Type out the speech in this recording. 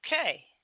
Okay